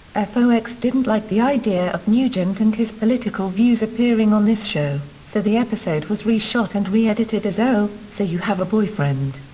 ah fox didn't like the idea of nugent and his political views appearing on this show, so the episode was re-shot and re-edited as oh, so you have a boyfriend?